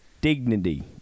Dignity